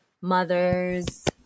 mothers